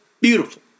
beautiful